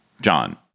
John